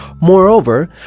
Moreover